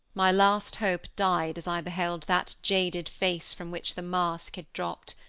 my last hope died as i beheld that jaded face from which the mask had dropped.